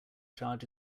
charge